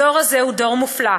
הדור הזה הוא דור מופלא,